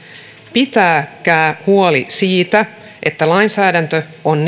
pitäkää huoli siitä että lainsäädäntö on